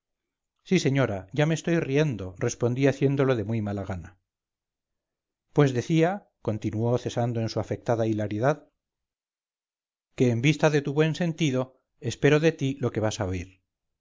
sí señora ya me estoy riendo respondí haciéndolo de muy mala gana pues decía continuó cesando en su afectada hilaridad que en vista de tu buen sentido espero de ti lo que vas a